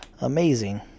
Amazing